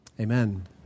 amen